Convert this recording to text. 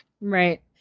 Right